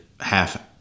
half